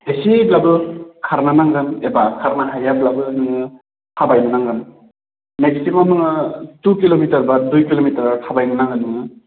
एसेब्लाबो खारनो नांगोन एबा खारनो हायाब्लाबो नोङो थाबायनांगोन मेक्सिमाम नोङो टु किल'मिटार बा दुइ किल'मिटार थाबायनो नांगोन नोङो